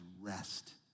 rest